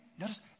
notice